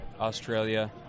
australia